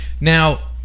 Now